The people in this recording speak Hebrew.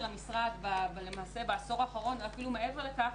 המשרד למעשה בעשור האחרון או אפילו מעבר לכך,